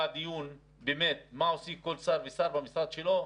דיון באמת מה עושה כל שר ושר במשרד שלו,